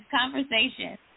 conversation